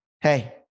Hey